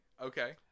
Okay